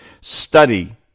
Study